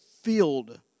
filled